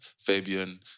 Fabian